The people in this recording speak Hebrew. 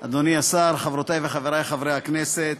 אדוני השר, חברותי וחברי חברי הכנסת,